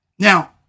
Now